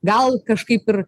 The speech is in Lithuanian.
gal kažkaip ir